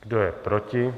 Kdo je proti?